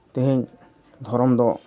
ᱛᱮᱦᱤᱧ ᱫᱷᱚᱨᱚᱢ ᱫᱚ